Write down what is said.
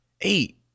eight